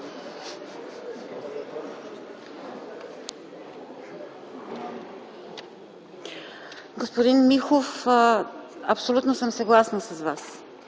Господин Михов, абсолютно съм съгласна с Вас